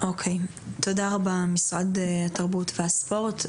תודה רבה למשרד התרבות והספורט.